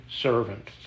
servant